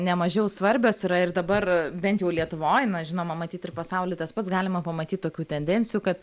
nemažiau svarbios yra ir dabar bent jau lietuvoj na žinoma matyt ir pasauly tas pats galima pamatyt tokių tendencijų kad